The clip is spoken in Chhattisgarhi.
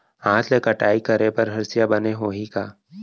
हाथ ले कटाई करे बर हसिया बने होही का?